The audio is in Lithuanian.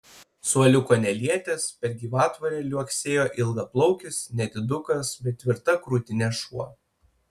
suoliuko nelietęs per gyvatvorę liuoktelėjo ilgaplaukis nedidukas bet tvirta krūtine šuo